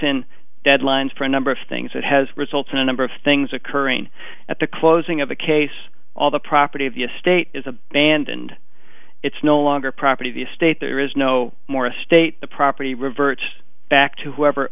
in deadlines for a number of things that has results in a number of things occurring at the closing of the case all the property of the state is abandoned it's no longer property the state there is no more a state the property reverts back to whoever